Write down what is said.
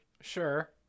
Sure